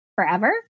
forever